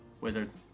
Wizards